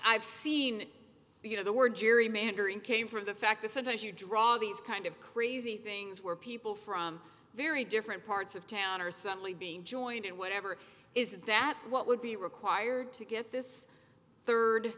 i've seen you know the word gerrymandering came from the fact that sometimes you draw these kind of crazy things where people from very different parts of town are suddenly being joined in whatever it is that what would be required to get this third